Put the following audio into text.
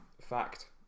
fact